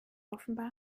offenbar